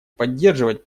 поддерживать